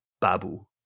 babu